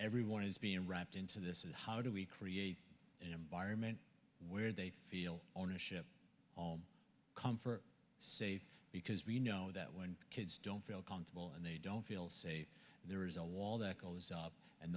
everyone is being wrapped into this and how do we create an environment where they feel ownership all comfort safe because we know that when kids don't feel confortable and they don't feel safe there is a wall that goes up and